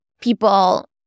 people